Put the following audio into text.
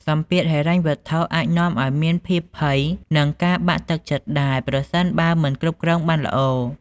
សម្ពាធហិរញ្ញវត្ថុអាចនាំឲ្យមានភាពភ័យ និងការបាក់ទឹកចិត្តដែរ ប្រសិនបើមិនគ្រប់គ្រងបានល្អ។